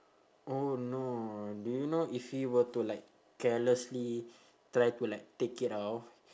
oh no do you know if he were to like carelessly try to like take it off